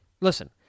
listen